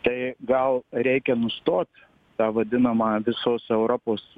tai gal reikia nustot tą vadinamą visos europos